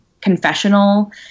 confessional